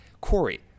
Corey